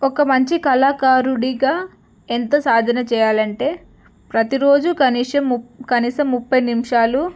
ఒక మంచి కళాకారుడిగా ఎంత సాధన చెయ్యాలంటే ప్రతిరోజు కనీసం ము కనీసం ముప్పై నిమిషాలు